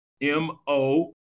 M-O